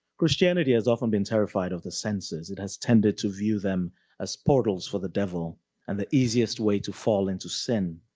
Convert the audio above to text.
christianity has often been terrified of the senses. it has tended to view them as portals for the devil and the easiest way to fall into sin.